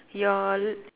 your